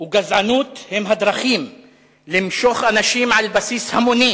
וגזענות הם הדרכים למשוך אנשים על בסיס המוני